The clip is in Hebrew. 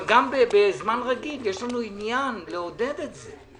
אבל גם בזמן רגיל, יש לנו עניין לעודד את זה.